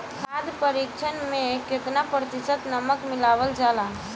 खाद्य परिक्षण में केतना प्रतिशत नमक मिलावल जाला?